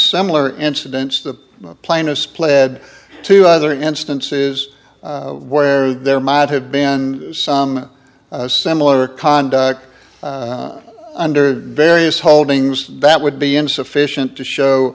similar incidents that the plaintiffs pled to other instances where there might have been some similar conduct under various holdings that would be insufficient to show